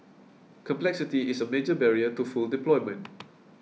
complexity is a major barrier to full deployment